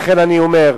לכן אני אומר,